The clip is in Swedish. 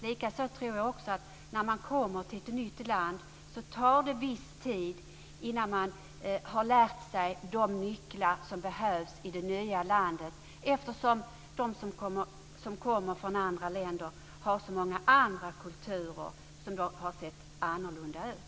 Likaså tror jag att det tar viss tid när man kommer till ett nytt land innan man har lärt sig de nycklar som behövs i det nya landet, eftersom de som kommer från andra länder har så många andra kulturer som har sett annorlunda ut.